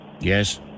Yes